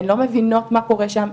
הן לא מבינות מה קורה שם,